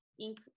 ink